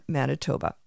Manitoba